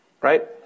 Right